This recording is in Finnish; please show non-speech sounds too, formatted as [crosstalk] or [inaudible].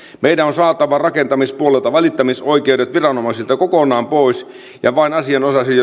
meidän on saatava rakentamispuolelta välittämisoikeudet viranomaisilta kokonaan pois ja vain asianosaisille [unintelligible]